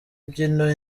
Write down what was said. imbyino